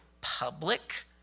public